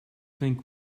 think